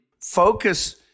focus